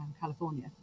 california